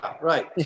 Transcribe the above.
right